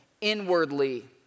inwardly